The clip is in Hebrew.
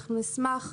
אנחנו נשמח,